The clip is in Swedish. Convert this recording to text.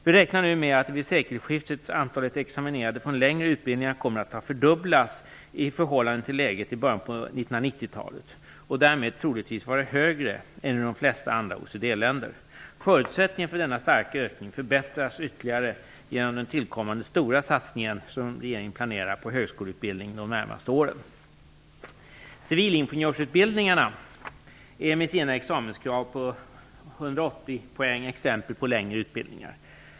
Vi räknar nu med att vid sekelskiftet antalet examinerade från längre utbildningar kommer att ha fördubblats i förhållande till läget i början av 1990-talet och därmed troligtvis vara högre än i de flesta andra OECD-länder. Förutsättningarna för denna starka ökning förbättras ytterligare genom den tillkommande stora satsningen på högskoleutbildning som regeringen planerar under de närmaste åren. Civilingenjörsutbildningarna är med sina examenskrav på 180 poäng exempel på längre utbildningar.